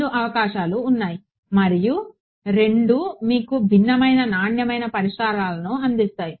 రెండు అవకాశాలు ఉన్నాయి మరియు రెండూ మీకు భిన్నమైన నాణ్యమైన పరిష్కారాలను అందిస్తాయి